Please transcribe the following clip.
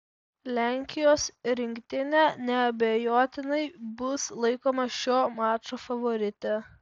lenkijos rinktinė neabejotinai bus laikoma šio mačo favorite